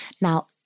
Now